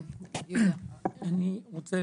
אני רוצה